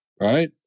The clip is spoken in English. right